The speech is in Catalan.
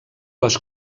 les